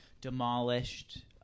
demolished